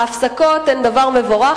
ההפסקות הן דבר מבורך,